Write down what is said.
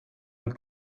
and